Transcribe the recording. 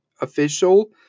official